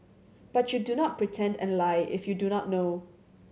but you do not pretend and lie if you do not know